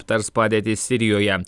aptars padėtį sirijoje